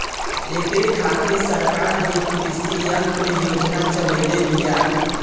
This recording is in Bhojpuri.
ऐकरे खातिर सरकार भी कृषी यंत्र योजना चलइले बिया